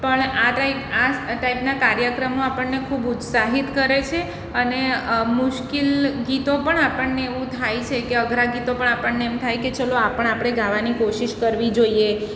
પણ આ ટાઈપ આ ટાઈપના કાર્યક્રમો આપણને ખૂબ ઉત્સાહિત કરે છે અને મુશ્કેલ ગીતો પણ આપણને એવું થાય છે કે અઘરા ગીતો પણ આપણને એમ થાય કે ચાલો આ પણ આપણે ગાવાની કોશિષ કરવી જોઈએ